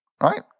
Right